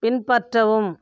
பின்பற்றவும்